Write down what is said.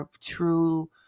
true